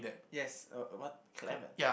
yes uh what Clement